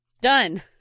done